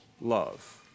love